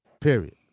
period